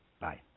Bye